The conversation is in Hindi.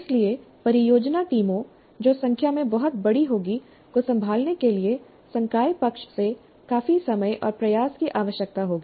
इसलिए परियोजना टीमों जो संख्या में बहुत बड़ी होगी को संभालने के लिए संकाय पक्ष से काफी समय और प्रयास की आवश्यकता होगी